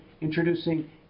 introducing